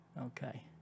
Okay